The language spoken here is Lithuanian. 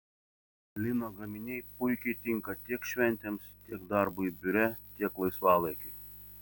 lino gaminiai puikiai tinka tiek šventėms tiek darbui biure tiek laisvalaikiui